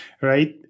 Right